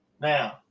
Now